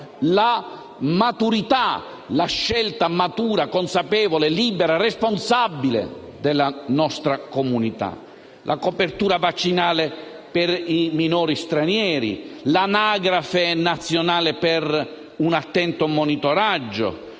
la scelta matura, consapevole, libera e responsabile della nostra comunità. Infine, cito la copertura vaccinale per i minori stranieri, l'anagrafe nazionale per un attento monitoraggio